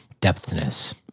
depthness